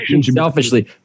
selfishly